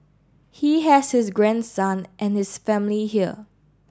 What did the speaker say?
he has his grandson and his family here